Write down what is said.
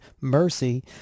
Mercy